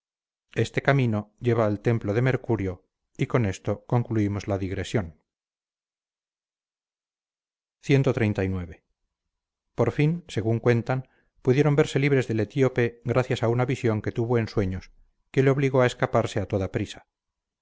este camino lleva al templo de mercurio y con esto concluimos la digresión cxxxix por fin según cuentan pudieron verse libres del etíope gracias a una visión que tuvo en sueños que le obligó a escaparse a toda prisa